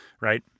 right